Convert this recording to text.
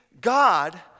God